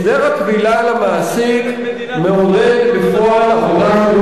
הסדר הכבילה למעסיק מעורר בפועל עבודה שלא